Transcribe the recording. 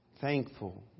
thankful